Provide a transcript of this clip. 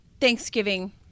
Thanksgiving